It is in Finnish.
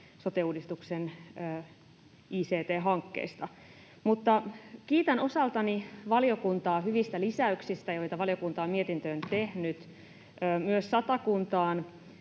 sote-uudistuksen ict-hankkeista. Kiitän osaltani valiokuntaa hyvistä lisäyksistä, joita valiokunta on mietintöön tehnyt. Myös Satakuntaan